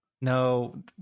No